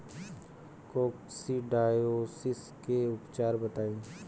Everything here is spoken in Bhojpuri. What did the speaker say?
कोक्सीडायोसिस के उपचार बताई?